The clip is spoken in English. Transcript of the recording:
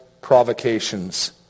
provocations